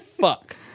fuck